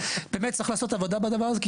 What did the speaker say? באמת צריך לעשות עבודה בדבר הזה.